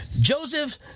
Joseph